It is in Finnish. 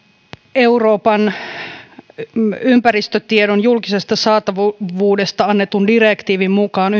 euroopan ympäristötiedon julkisesta saatavuudesta annetun direktiivin mukaan